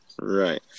Right